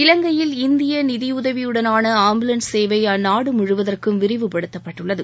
இலங்கையில் இந்திய நிதியுதவியுடனான சேவை அந்நாடு முழுவதற்கும் விரிவுபடுத்தப்பட்டுள்ளது